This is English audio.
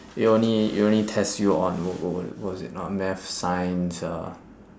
it only it only tests you on what what what what was it oh math science uh